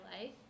life